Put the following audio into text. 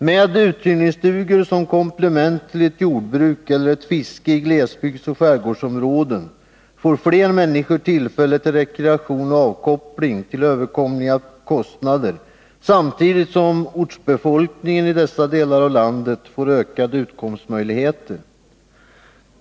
Med uthyrningsstugor som komplement till jordbruk eller fiske i glesbygdsoch skärgårdsområden får fler människor möjlighet till rekreation och avkoppling till överkomliga kostnader samtidigt som ortsbefolkningen i dessa delar av landet får ökade utkomstmöjligheter.